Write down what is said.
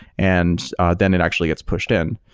and then it actually gets pushed in.